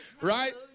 Right